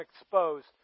exposed